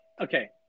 Okay